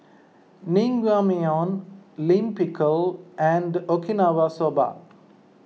Naengmyeon Lime Pickle and Okinawa Soba